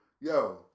yo